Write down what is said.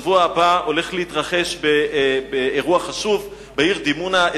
בשבוע הבא הולך להתרחש אירוע חשוב בעיר דימונה,